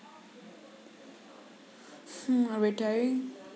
hmm a retiree